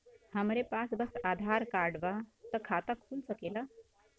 हमरे पास बस आधार कार्ड बा त खाता खुल सकेला?